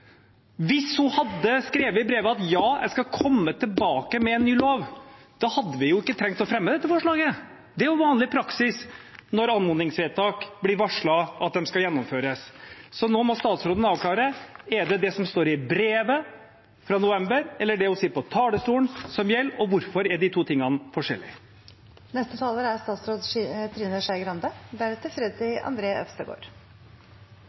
Hvis hun hadde skrevet i brevet at hun skulle komme tilbake med en ny lov, hadde vi ikke trengt å fremme dette forslaget. Det er vanlig praksis når det blir varslet at anmodningsvedtak skal gjennomføres. Nå må statsråden avklare: Er det det som står i brevet fra november eller det hun sier fra talerstolen, som gjelder, og hvorfor er de to tingene forskjellig? Jeg er litt forundret over at en tidligere statsråd